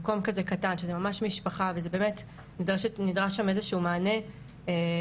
במקום כזה קטן שזה ממש משפחה ובאמת נדרש שם איזשהו מענה ולו